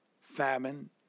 famine